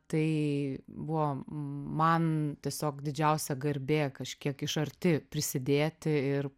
tai buvo man tiesiog didžiausia garbė kažkiek iš arti prisidėti ir